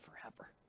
forever